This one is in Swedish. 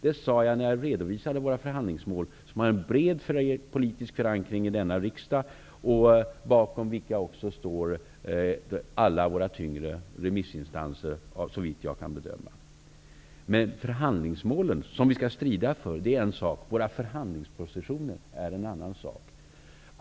Det sade jag när redovisade våra förhandlingsmål som har en bred politisk förankring i denna riksdag och som alla våra tyngre remissinstanser står bakom, såvitt jag kan bedöma. Men förhandlingsmålen, som vi skall strida för är en sak. Våra förhandlingspositioner är en annan sak.